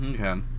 Okay